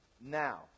now